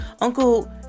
Uncle